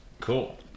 cool